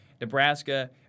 Nebraska